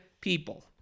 people